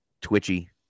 twitchy